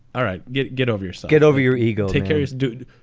all right get get over your so get over your ego. take care, dude.